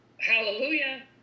hallelujah